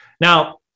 Now